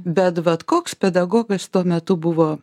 bet vat koks pedagogas tuo metu buvo